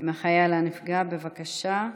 עם החייל הנפגע, בבקשה.